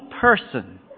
person